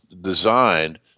designed